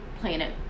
Planet